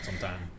sometime